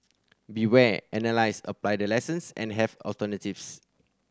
be ware analyse apply the lessons and have alternatives